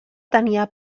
tenia